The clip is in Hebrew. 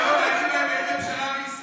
ממשלה בישראל,